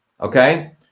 okay